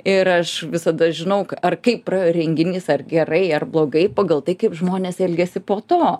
ir aš visada žinau k ar kaip praėjo renginys ar gerai ar blogai pagal tai kaip žmonės elgiasi po to